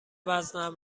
وزنم